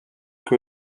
que